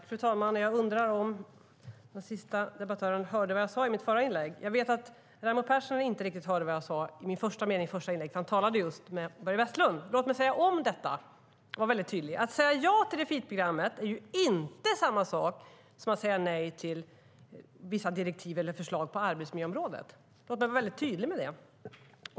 Fru talman! Jag undrar om den sista debattören hörde vad jag sade i mitt förra inlägg. Jag vet att Raimo Pärssinen inte riktigt hörde vad jag sade i första meningen i mitt första inlägg, för han talade med Börje Vestlund. Låt mig säga detta igen: Att säga ja till Refit-programmet är inte samma sak som att säga nej till vissa direktiv eller förslag på arbetsmiljöområdet. Låt mig vara väldigt tydlig med det.